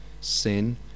sin